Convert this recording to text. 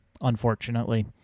unfortunately